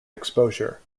exposure